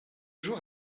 jours